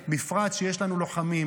בפרט שיש לנו לוחמים,